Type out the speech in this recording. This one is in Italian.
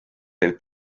del